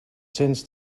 cents